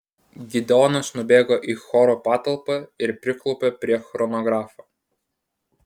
gideonas nubėgo į choro patalpą ir priklaupė prie chronografo